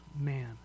man